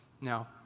Now